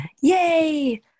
Yay